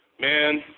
Man